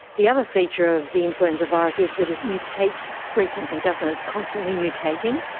the other feature of the influenza virus is that it mutates frequently, doesn't it, it's constantly mutating.